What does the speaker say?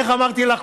איך אמרתי לך?